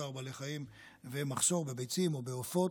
צער בעלי חיים ומחסור בביצים או בעופות.